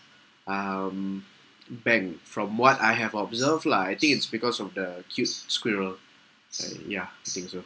um bank from what I have observed lah I think it's because of the cute squirrel uh ya I think so